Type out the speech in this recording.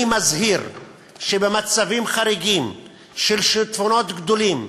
אני מזהיר שבמצבים חריגים של שיטפונות גדולים,